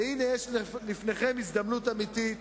והנה יש לפניכם הזדמנות אמיתית